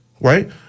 right